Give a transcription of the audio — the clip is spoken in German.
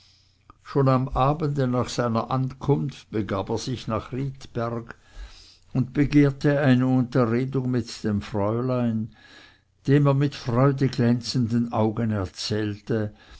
schon am abende nach seiner ankunft begab er sich nach riedberg und begehrte eine unterredung mit dem fräulein dem er mit freudeglänzenden augen erzählte